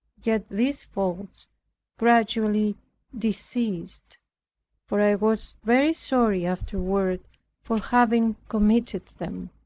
yet these faults gradually deceased for i was very sorry afterward for having committed them.